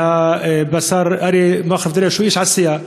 שהשר אריה מכלוף דרעי, שהוא איש עשייה,